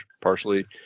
partially